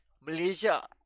Malaysia